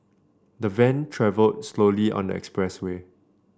the van travel slowly on the expressway